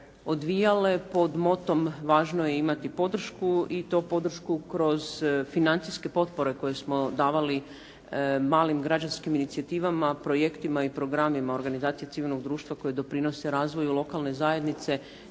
odvijale pod motom "Važno je imati podršku" i to podršku kroz financijske potpore koje smo davali malim građanskim inicijativama, projektima i programima organizacije civilnog društva koje doprinose razvoju lokalne zajednice,